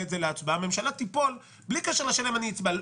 את זה להצבעה הממשלה תיפול בלי קשר לשאלה אם הצבעתי.